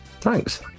Thanks